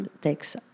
takes